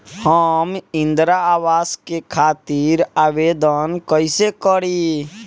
हम इंद्रा अवास के खातिर आवेदन कइसे करी?